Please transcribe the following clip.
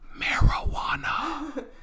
Marijuana